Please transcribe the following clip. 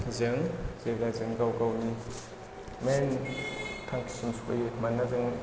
जों जेब्ला जों गाव गावनि मेन थांखिसिम सहैयो मानोना जोङो